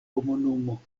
komunumo